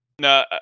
No